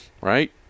right